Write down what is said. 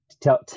tell